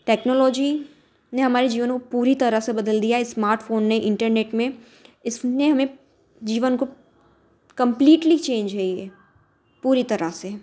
technology ने हमारी जीवन को पूरी तरह से बदल दिया है स्मार्टफोन ने इंटरनेट में इसमें हमें जीवन को कम्पिटली चेंज है यह पूरी तरह से